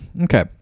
Okay